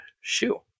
shoe